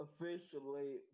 officially